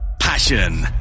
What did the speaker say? passion